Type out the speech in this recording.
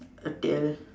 a tail